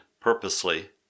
purposely